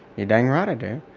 you're dang right i do.